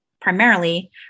primarily